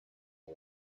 var